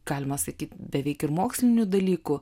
galima sakyt beveik ir mokslinių dalykų